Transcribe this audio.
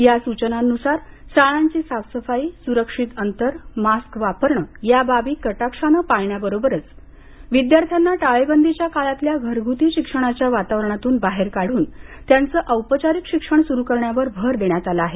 या सुचनांनुसार शाळांची साफसफाई सुरक्षित अंतर पाळणं मास्क वापरणं या बाबी कटाक्षानं पाळण्याबरोबरच विद्यार्थ्याना टाळेबंदीच्या काळातल्या घरगुती शिक्षणाच्या वातावरणातून बाहेर काढून त्यांचं औपचारीक शिक्षण सुरू करण्यावर भर देण्यात आला आहे